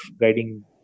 guiding